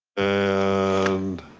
and